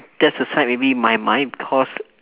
just aside maybe my mind because